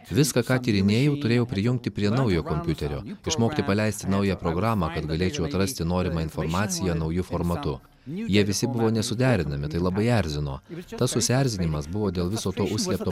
viską ką tirinėjau turėjau prijungti prie naujo kompiuterio išmokti paleisti naują programą kad galėčiau atrasti norimą informaciją nauju formatu jie visi buvo nesuderinami tai labai erzino tas susierzinimas buvo dėl viso to užslėpto